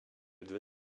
dvi